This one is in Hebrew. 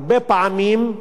הרבה פעמים,